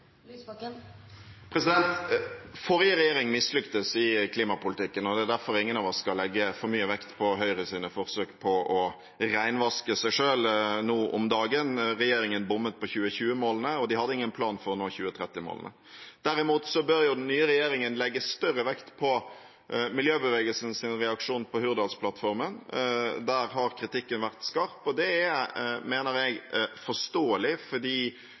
Forrige regjering mislyktes i klimapolitikken, og det er derfor ingen av oss skal legge for mye vekt på Høyres forsøk på å renvaske seg selv nå om dagen. Den regjeringen bommet på 2020-målene, og den hadde ingen plan for å nå 2030-målene. Derimot bør den nye regjeringen legge større vekt på miljøbevegelsens reaksjon på Hurdalsplattformen. Der har kritikken vært skarp, og det mener jeg er forståelig,